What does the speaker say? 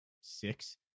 six